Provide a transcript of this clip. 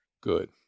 Good